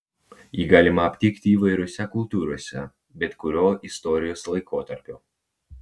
jį galima aptikti įvairiose kultūrose bet kuriuo istorijos laikotarpiu